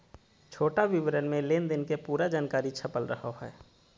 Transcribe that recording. छोटा विवरण मे लेनदेन के पूरा जानकारी छपल रहो हय